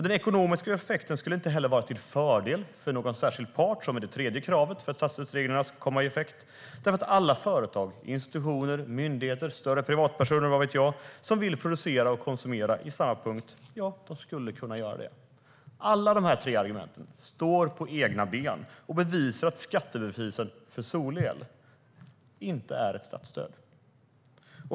Den ekonomiska effekten skulle inte heller vara till fördel för någon särskild part, vilket är det tredje kravet för att statsstödsreglerna ska tillämpas, därför att alla företag, institutioner, myndigheter, vissa privatpersoner och vad vet jag som vill producera och konsumera när det gäller samma punkt skulle kunna göra det. Alla dessa tre argument står på egna ben, vilket bevisar att skattebefrielsen för solel inte är ett statsstöd.